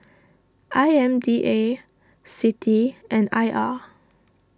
I M D A Citi and I R